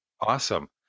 Awesome